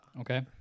okay